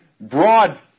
broad